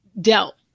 dealt